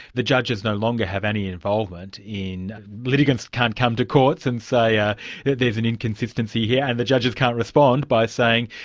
the judges no longer have any involvement in. litigants can't come to courts and say, ah there's an inconsistency here and judges can't respond by saying,